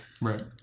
Right